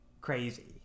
crazy